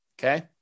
Okay